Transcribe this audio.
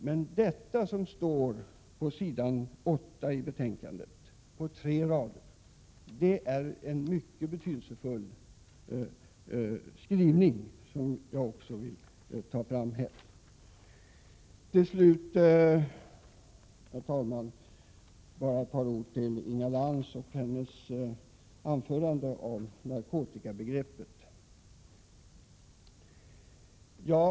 Men det som står på tre rader på s. 8 i betänkandet är mycket betydelsefullt. Till slut, herr talman, vill jag säga några ord med anledning av det som Inga Lantz sade om narkotikabegreppet.